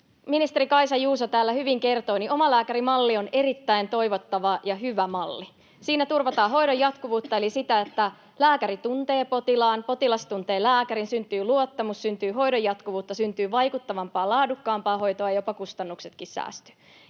ministeri Kaisa Juuso täällä hyvin kertoi, omalääkärimalli on erittäin toivottava ja hyvä malli. Siinä turvataan hoidon jatkuvuutta eli sitä, että lääkäri tuntee potilaan, potilas tuntee lääkärin, syntyy luottamus, syntyy hoidon jatkuvuutta, syntyy vaikuttavampaa, laadukkaampaa hoitoa. Jopa kustannuksiakin säästyy.